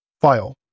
file